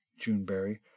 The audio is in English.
Juneberry